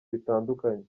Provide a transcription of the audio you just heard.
bitandukanye